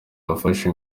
yafashe